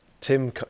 Tim